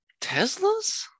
Teslas